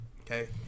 Okay